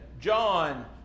John